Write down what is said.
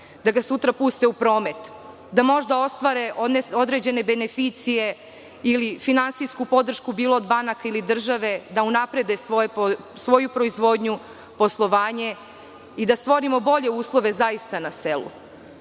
da ga sutra puste u promet, da možda ostvare određene beneficije ili finansijsku podršku, bilo od banaka ili države, da unaprede svoju proizvodnju, poslovanje i da stvorimo zaista bolje uslove na selu.